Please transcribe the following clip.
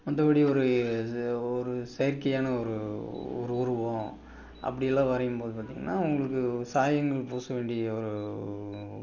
மற்றபடி ஒரு செ ஒரு செயற்கையான ஒரு ஒரு உருவம் அப்படிலாம் வரையும்போது பார்த்திங்கன்னா உங்களுக்கு சாயங்கள் பூச வேண்டிய